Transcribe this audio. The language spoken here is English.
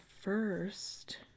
first